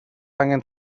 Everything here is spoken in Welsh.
angen